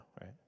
right